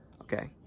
Okay